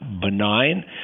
benign